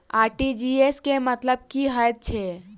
RTGS केँ मतलब की हएत छै?